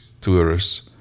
tourists